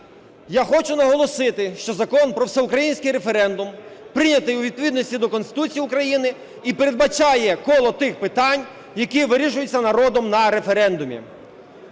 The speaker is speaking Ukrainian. Я хочу наголосити, що Закон "Про всеукраїнський референдум" прийнятий у відповідності до Конституції України і передбачає коло тих питань, які вирішуються народом на референдумі.